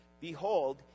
behold